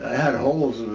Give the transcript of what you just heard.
had holes